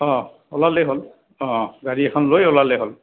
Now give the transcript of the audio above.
অঁ ওলালেই হ'ল অঁ গাড়ী এখন লৈ ওলালে হ'ল